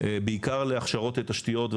בעיקר להכשרות תשתיות,